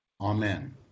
amen